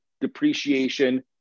depreciation